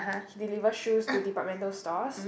he deliver shoes to departmental stores